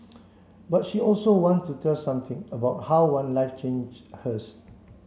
but she also wants to tell something about how one life change hers